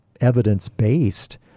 evidence-based